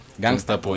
gangster